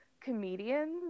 comedians